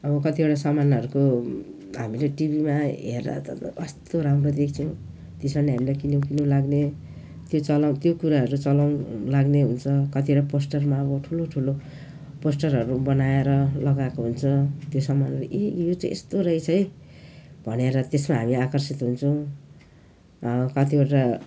अब कतिवटा सामानहरूको हामीले टिभीमा हेरेर त कस्तो राम्रो देख्छौँ त्यसमा नि हामीलाई किनौँ किनौँ लाग्ने त्यो चलाउ त्यो कुराहरू चलाउनु लाग्ने हुन्छ कतिवटा पोस्टरमा अब ठुलो ठुलो पोस्टरहरू बनाएर लगाएको हुन्छ त्यो सामानले ए यो चाहिँ यस्तो रहेछ है भनेर त्यसमा हामी आकर्षित हुन्छौँ कतिवटा